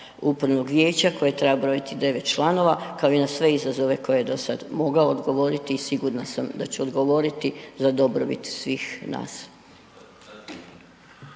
upravnog vijeća koje treba brojiti 9 članova, kao i na sve izazove koje je dosad mogao odgovoriti i sigurna sam da će odgovoriti za dobrobit svih nas.